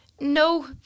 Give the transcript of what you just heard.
No